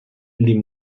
lès